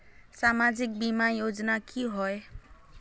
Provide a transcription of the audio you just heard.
सामाजिक बीमा योजना की होय?